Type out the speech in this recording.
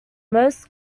most